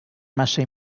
massa